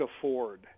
Ford